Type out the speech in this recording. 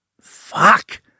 Fuck